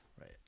Right